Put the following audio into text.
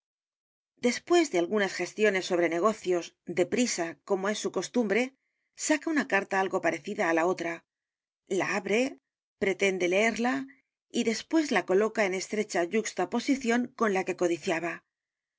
después de algunas gestiones sobre negocios de prisa como es su cost u m b r e saca u n a carta algo parecida á la otra la abre pretende leerla y después la coloca en estrecha y u x t a posición con la que codiciaba